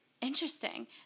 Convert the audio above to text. interesting